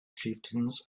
chieftains